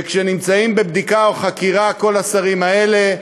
וכשנמצאים בבדיקה או חקירה כל השרים האלה,